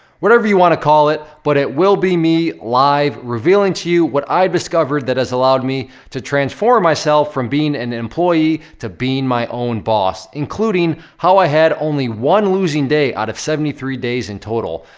whatever you wanna call it, but, it will be me live revealing to you what i've discovered that has allowed me to transform myself from being an employee, to being my own boss. including, how i had only one losing day out of seventy three days in total.